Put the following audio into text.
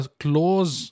close